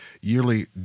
yearly